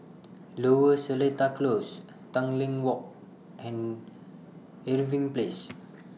Lower Seletar Close Tanglin Walk and Irving Place